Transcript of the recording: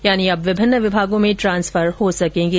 यानी अब विभिन्न विभागों में ट्रांसफर हो सकेंगे